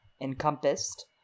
encompassed